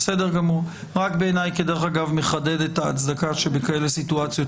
בעיניי זה מחדד את ההצדקה שבסיטואציות כאלה